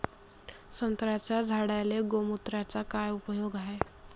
संत्र्याच्या झाडांले गोमूत्राचा काय उपयोग हाये?